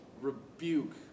rebuke